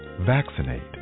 Vaccinate